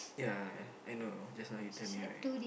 ya I know just now you tell me right